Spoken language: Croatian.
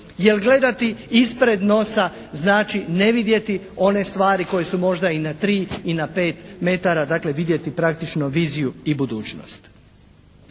Jer gledati ispred nosa, znači ne vidjeti one stari koje su možda i na tri i na pet metara. Dakle, vidjeti praktično viziju i budućnost.